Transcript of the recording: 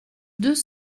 deux